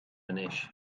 anois